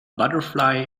butterfly